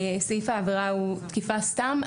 סעיף העבירה הוא תקיפה סתם,